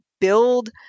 build